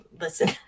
listen